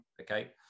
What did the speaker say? okay